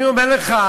אני אומר לך,